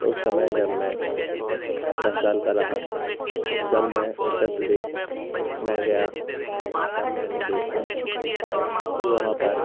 उस समय जब मैं दस साल का रहा जब मैं उत्तर प्रदेश में गया तब मैंने देखा कि वहाँ पर